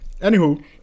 Anywho